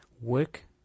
work